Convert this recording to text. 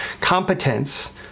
Competence